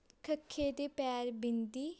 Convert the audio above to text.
ਖ ਦੇ ਪੈਰ ਬਿੰਦੀ